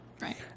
Right